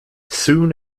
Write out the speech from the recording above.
soon